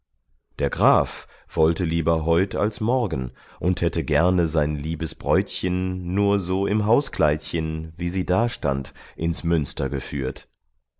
der graf wollte lieber heut als morgen und hätte gerne sein liebes bräutchen nur so im hauskleidchen wie sie dastand ins münster geführt